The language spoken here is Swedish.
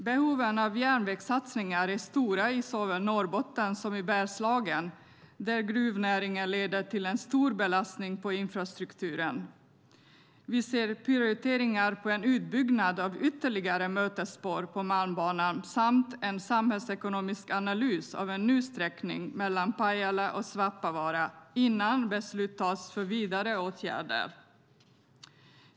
Behoven av järnvägssatsningar är stora i såväl Norrbotten som Bergslagen, där gruvnäringen leder till stor belastning på infrastrukturen. Vi ser prioriteringar på en utbyggnad av ytterligare mötesspår på Malmbanan samt en samhällsekonomisk analys av en ny sträckning mellan Pajala och Svappavaara innan beslut tas för vidare åtgärder.